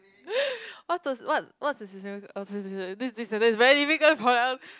what's the what what is the this sentence is very difficult for that one